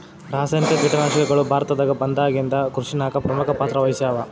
ರಾಸಾಯನಿಕ ಕೀಟನಾಶಕಗಳು ಭಾರತದಾಗ ಬಂದಾಗಿಂದ ಕೃಷಿನಾಗ ಪ್ರಮುಖ ಪಾತ್ರ ವಹಿಸ್ಯಾವ